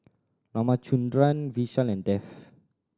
Ramchundra Vishal and Dev